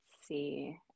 see